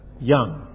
young